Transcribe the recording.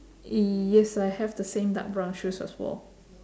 yes I have the same dark brown shoes as well